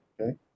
Okay